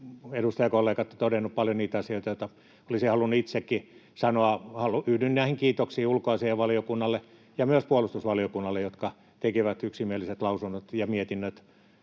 edustajakollegat ovat todenneet paljon niitä asioita, joita olisin halunnut itsekin sanoa. Yhdyn näihin kiitoksiin ulkoasiainvaliokunnalle ja myös puolustusvaliokunnalle, jotka tekivät yksimieliset lausunnon ja mietinnön,